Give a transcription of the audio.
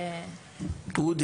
אודי?